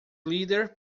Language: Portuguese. líder